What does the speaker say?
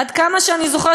עד כמה שאני זוכרת,